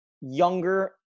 younger